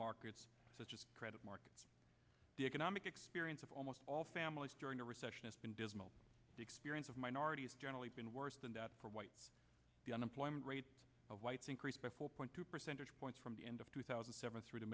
markets such as credit markets the economic experience of almost all families during a recession has been dismal the experience of minorities generally been worse than death for whites the unemployment rate of whites increased by four point two percentage points from the end of two thousand and seven th